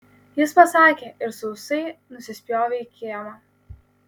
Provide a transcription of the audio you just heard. jis pasakė ir sausai nusispjovė į kiemą